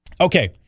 Okay